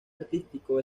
artístico